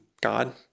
God